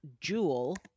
Jewel